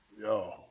Yo